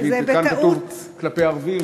כי כאן כתוב "כלפי ערבים",